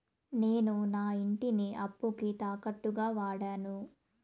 నేను నా ఇంటిని అప్పుకి తాకట్టుగా వాడాను